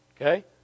Okay